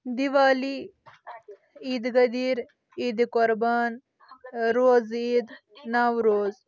دیوالی عیدِ غٔدیر عیدِ قۄربان روزٕ عید نوروز